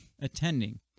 attending